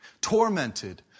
tormented